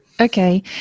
Okay